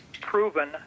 proven